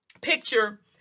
picture